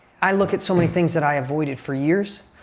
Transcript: i look at so many things that i avoided for years.